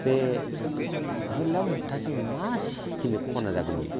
बे होरलां होरथांजों मा सिसटेमजों खनना जागोन बेयो